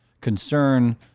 concern